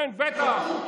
כן, בטח.